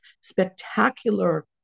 spectacular